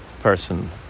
person